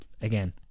again